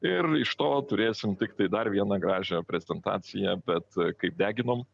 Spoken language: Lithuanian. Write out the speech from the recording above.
ir iš to turėsim tiktai dar vieną gražią prezentaciją bet kaip deginom